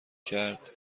کرد